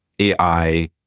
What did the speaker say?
AI